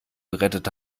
gerettet